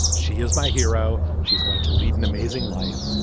she is my hero. she's going to lead an amazing life.